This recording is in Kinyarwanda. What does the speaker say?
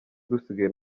dusigaye